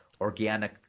organic